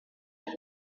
been